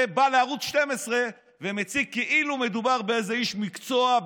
ובא לערוץ 12 ומציג כאילו מדובר באיזה איש מקצוע,